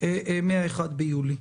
מ-1 ביולי.